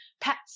pets